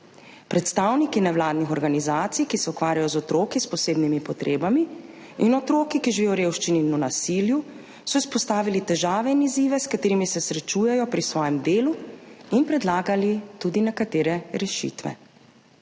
Predstavniki nevladnih organizacij, ki se ukvarjajo z otroki s posebnimi potrebami, in otroki, ki živijo v revščini in v nasilju, so izpostavili težave in izzive, s katerimi se srečujejo pri svojem delu, in predlagali tudi nekatere rešitve.